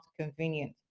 convenient